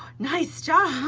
nice job,